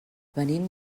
venim